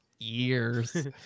Years